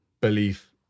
belief